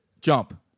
jump